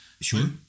Sure